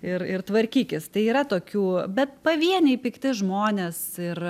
ir ir tvarkykis tai yra tokių bet pavieniai pikti žmonės ir